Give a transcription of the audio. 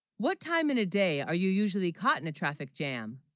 what time in a day are you usually caught in a traffic. jam